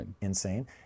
insane